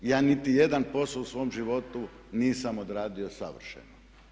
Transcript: Ja niti jedan posao u svom životu nisam odradio savršeno.